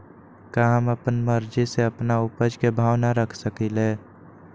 का हम अपना मर्जी से अपना उपज के भाव न रख सकींले?